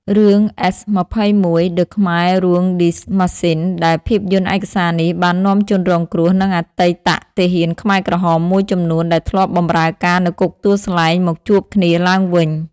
រឿង S21: The Khmer Rouge Death Machine ដែល ភាពយន្តឯកសារនេះបាននាំជនរងគ្រោះ និងអតីតទាហានខ្មែរក្រហមមួយចំនួនដែលធ្លាប់បម្រើការនៅគុកទួលស្លែង មកជួបគ្នាឡើងវិញ។